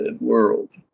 world